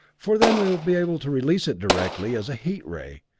for then we will be able to release it directly as a heat ray,